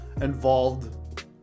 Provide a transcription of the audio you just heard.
involved